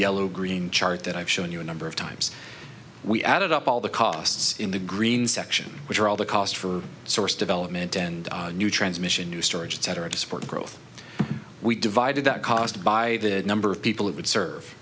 yellow green chart that i've shown you a number of times we added up all the costs in the green section which are all the cost for source development and new transmission new storage etc to support growth we divided that cost by the number of people who would serve